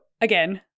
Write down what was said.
again